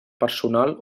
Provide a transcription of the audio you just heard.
personal